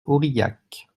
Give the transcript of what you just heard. aurillac